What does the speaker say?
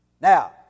Now